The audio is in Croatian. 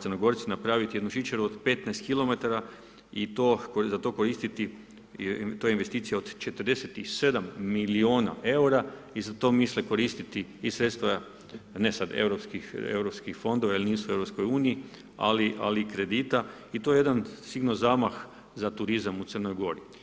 Crnogorci napraviti jednu žičaru od 15 km i za koristiti, to je investicija od 47 milijuna eura i za to misle koristiti sredstva, ne sad europskih fondova jer nisu u EU-u ali kredita i to je jedan sigurno zamah za turizam u Crnoj Gori.